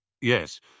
Yes